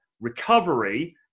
recovery